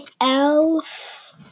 elf